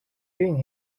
doing